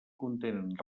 contenen